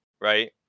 right